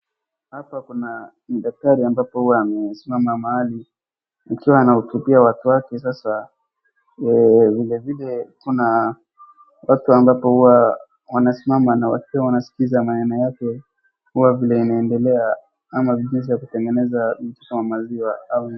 Hapa kuna daktari ambapo amesimama mahali akiwa anahutubia watu wake sasa vilevile kuna watu ambapo hua wanasimama na wakiwa wanaskiza maneno yake kuwa vile inaendelea ama njia za kutengeneza kutoka maziwa au.